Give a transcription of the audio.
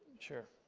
sure